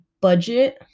budget